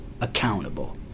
accountable